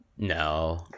No